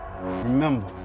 remember